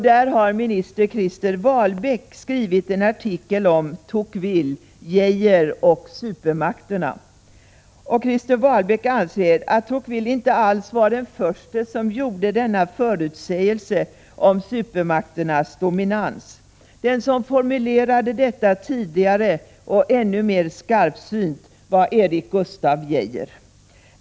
Där har minister Krister Wahlbäck skrivit en artikel om Tocqueville, Geijer och supermakterna. Krister Wahlbäck anser att Tocqueville inte alls var den förste som gjorde denna förutsägelse om supermakternas dominans. Den som formulerade detta tidigare och ännu mer skarpsynt var Erik Gustaf Geijer.